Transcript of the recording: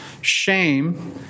shame